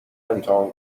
امتحان